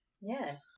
Yes